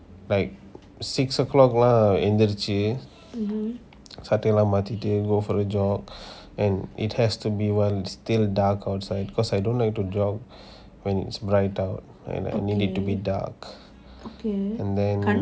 is like six o'clock lah எந்திரிச்சி சடயலாம் மாத்திட்டு:enthirichi satayalam maathitu go for a jog and it has to be one still dark outside cause I don't like to jog when is bright out and I needed to be dark and then